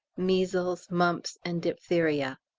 measles, mumps, and diphtheria.